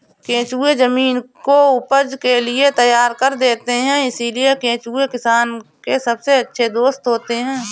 केंचुए जमीन को उपज के लिए तैयार कर देते हैं इसलिए केंचुए किसान के सबसे अच्छे दोस्त होते हैं